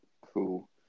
Cool